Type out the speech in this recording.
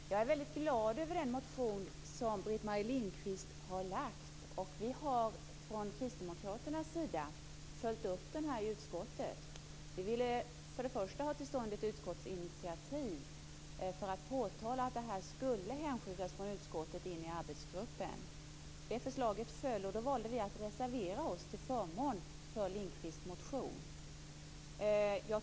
Fru talman! Jag är väldigt glad över den motion som Britt-Marie Lindkvist har skrivit. Vi har från kristdemokraternas sida följt upp den i utskottet. Vi ville i första hand få till stånd ett utskottsinitiativ för att påpeka att det här skulle hänskjutas från utskottet in i arbetsgruppen. Det förslaget föll. Då valde vi att reservera oss till förmån för Lindkvists motion.